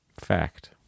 fact